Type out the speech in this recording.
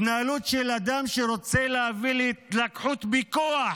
התנהלות של אדם שרוצה להביא להתלקחות בכוח